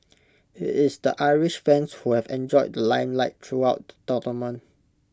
IT is the Irish fans who have enjoyed the limelight throughout the tournament